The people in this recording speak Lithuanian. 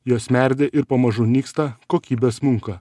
jos merdi ir pamažu nyksta kokybė smunka